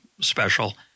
special